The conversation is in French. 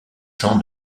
jean